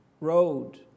road